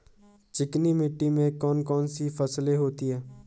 चिकनी मिट्टी में कौन कौन सी फसलें होती हैं?